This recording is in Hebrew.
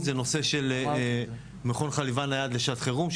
זה נושא של מכון חליבה נייד לשעת חירום.